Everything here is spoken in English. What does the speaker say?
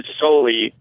solely